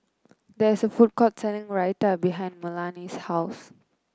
there's a food court selling Raita behind Melany's house